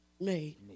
made